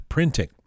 printing